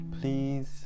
please